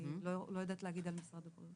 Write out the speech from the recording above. אני לא יודעת להגיד על משרדים אחרים.